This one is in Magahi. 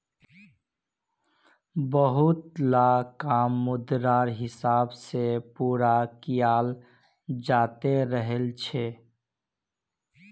बहुतला काम मुद्रार हिसाब से पूरा कियाल जाते रहल छे